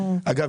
אגב,